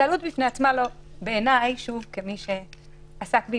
התקהלות בפני עצמה לא יכולה להיות